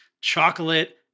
chocolate